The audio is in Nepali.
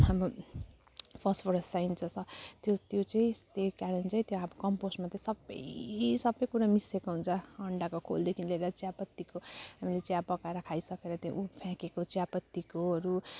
अब फसफरस चाहिन्छ त्यो त्यो चाहिँ त्यही कारण चाहिँ अब कम्पोस्टमा चाहिँ सबै सबै कुरा मिसिएको हुन्छ अन्डाको खोलदेखि लिएर चियापत्तीको हामीले चिया पकाएर खाइसकेर त्यो फ्याँकेको चियापत्तीकोहरू